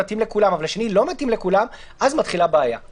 אבל לא נראה לי ש